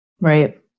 Right